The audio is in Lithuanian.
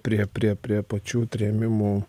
prie prie prie pačių trėmimų